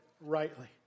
rightly